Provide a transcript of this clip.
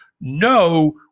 no